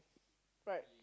right